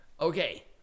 Okay